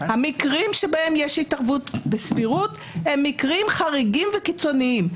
המקרים שבהם יש התערבות בסבירות הם מקרים חריגים וקיצוניים.